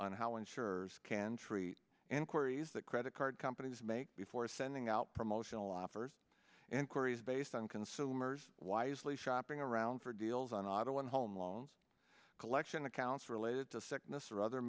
on how insurers can treat inquiries that credit card companies make before sending out promotional offers inquiries based on consumers wisely shopping around for deals on audio and home loans collection accounts related to sickness or other